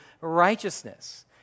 righteousness